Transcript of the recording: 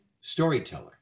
storyteller